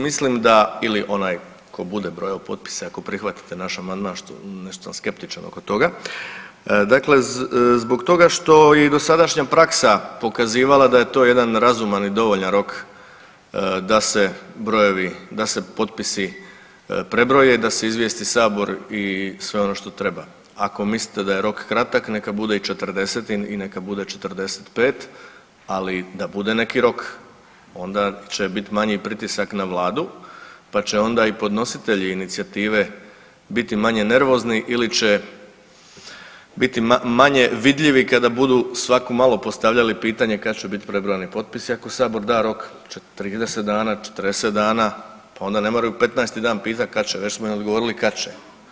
Mislim da, ili onaj ko bude brojao potpise ako prihvatite naš amandman što, nešto sam skeptičan oko toga, dakle zbog toga što je i dosadašnja praksa pokazivala da je to jedan razuman i dovoljan rok da se brojevi, da se potpisi prebroje i da se izvijesti sabor i sve ono što treba, a ako mislite da je rok kratak neka bude i 40 i neka bude 45, ali da bude neki rok onda će biti manji pritisak na vladu pa će onda i podnositelji inicijative biti manje nervozni ili će biti manje vidljivi kada budu svako malo postavljali pitanje kad će biti prebrojeni potpisi ako Sabor da rok, 30 dana, 40 dana, onda ne moraju 15. dan pitati kad će, već smo im odgovorili kad će.